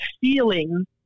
feeling